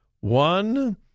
One